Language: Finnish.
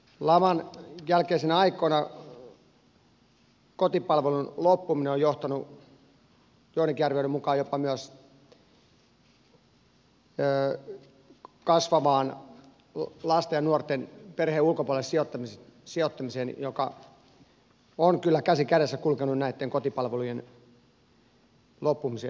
laman jälkeisinä aikoina kotipalvelun loppuminen on johtanut joidenkin arvioiden mukaan jopa kasvavaan lasten ja nuorten perheen ulkopuolelle sijoittamiseen mikä on kyllä käsi kädessä kulkenut näitten kotipalvelujen loppumisen kanssa